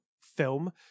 film